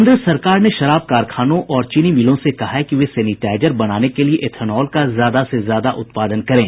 केन्द्र सरकार ने शराब कारखानों और चीनी मिलों से कहा है कि वे सेनिटाइजर बनाने के लिए ऐथेनॉल का ज्यादा से ज्यादा उत्पादन करें